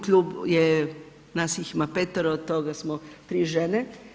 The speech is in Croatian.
Klub je, nas ima petero, od toga smo tri žene.